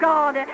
God